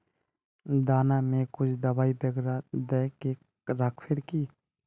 दाना में कुछ दबाई बेगरा दय के राखबे की?